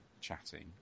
chatting